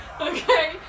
Okay